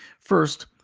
first,